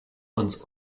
uns